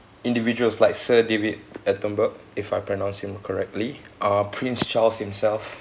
individuals like sir david attenborough if I pronounce him correctly uh prince charles himself